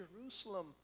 Jerusalem